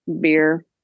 beer